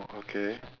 oh okay